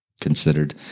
considered